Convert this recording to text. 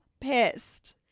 pissed